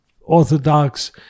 orthodox